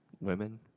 Women